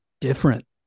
different